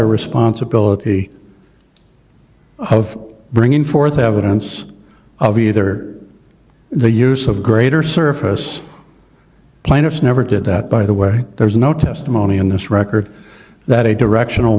a responsibility of bringing forth evidence of either the use of greater surface plaintiffs never did that by the way there's no testimony in this record that a directional